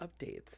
updates